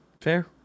Fair